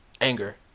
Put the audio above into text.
anger